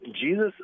jesus